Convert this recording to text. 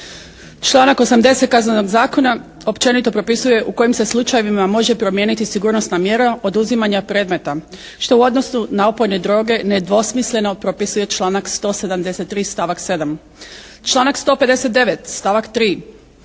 Članak 80. Kaznenog zakona općenito propisuje u kojim se slučajevima može promijeniti sigurnosna mjera oduzimanja predmeta, što u odnosu na opojne droge nedvosmisleno propisuje članak 173. stavak 7. Članak 159. stavak 3.